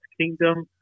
kingdom